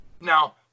Now